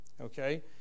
okay